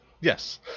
Yes